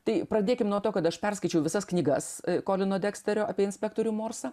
tai pradėkim nuo to kad aš perskaičiau visas knygas kolino deksterio apie inspektorių morsą